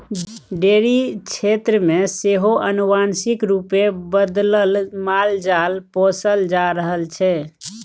dairy क्षेत्र मे सेहो आनुवांशिक रूपे बदलल मालजाल पोसल जा रहल छै